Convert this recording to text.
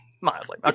Mildly